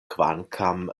kvankam